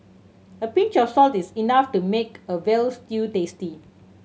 a pinch of salt is enough to make a veal stew tasty